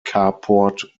carport